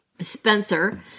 Spencer